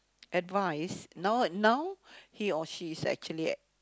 advice now now he or she is actually